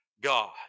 God